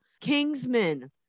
Kingsman